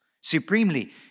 Supremely